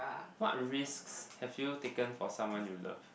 what risks have you taken for someone you love